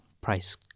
price